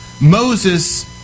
moses